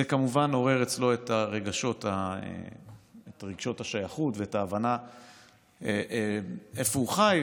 זה כמובן עורר אצלו את רגשות השייכות ואת ההבנה איפה הוא חי,